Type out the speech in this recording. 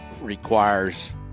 requires